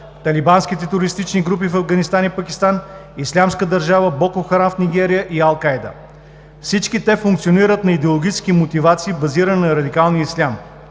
талибанските терористични групи в Афганистан и Пакистан, Ислямска държава, Бокухараф в Нигерия и Ал-Кайда. Всички те функционират на идеологически мотивации, базирани на радикалния ислям.